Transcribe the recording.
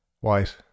white